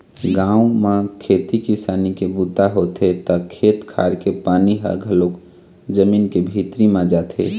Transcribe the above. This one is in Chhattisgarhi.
गाँव म खेती किसानी के बूता होथे त खेत खार के पानी ह घलोक जमीन के भीतरी म जाथे